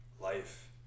life